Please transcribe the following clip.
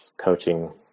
coaching